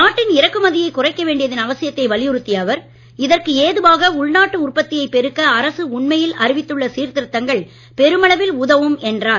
நாட்டின் இறக்குமதியைக் குறைக்க வேண்டியதன் அவசியத்தை வலியுறுத்திய அவர் இதற்கு ஏதுவாக உள்நாட்டு உற்பத்தியைப் பெருக்க அரசு அண்மையில் அறிவித்துள்ள சீர்திருத்தங்கள் பெருமளவில் உதவும் என்றார்